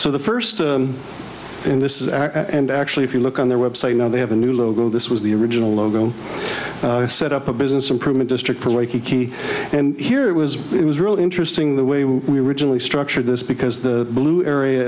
so the first in this is and actually if you look on their website now they have a new logo this as the original logo set up a business improvement district for wakey and here it was it was really interesting the way we originally structured this because the blue area